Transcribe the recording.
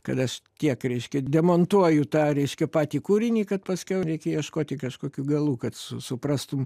kad aš tiek reiškia demontuoju tą reiškia patį kūrinį kad paskiau reikia ieškoti kažkokių galų kad su suprastum